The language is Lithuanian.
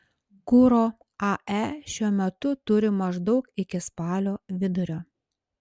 kuro ae šiuo metu turi maždaug iki spalio vidurio